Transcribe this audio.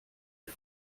die